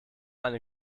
eine